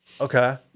Okay